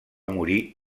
morir